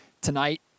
tonight